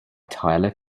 tyler